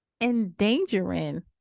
endangering